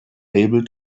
able